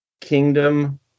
Kingdom